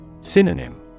Synonym